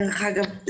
דרך אגב,